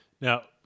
Now